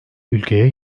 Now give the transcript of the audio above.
ülkeye